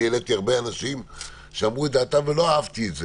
העליתי הרבה אנשים שאמרו את דעתם ולא אהבתי את זה,